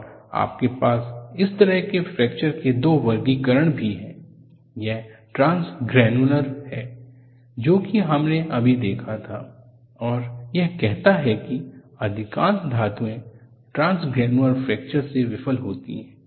और आपके पास इस तरह के फ्रैक्चर के दो वर्गीकरण भी हैं एक ट्रांसग्रेनुलर है जो कि हमने अभी देखा था और यह कहता है कि अधिकांश धातुएं ट्रांसग्रेनुलर फ्रैक्चर से विफल होती हैं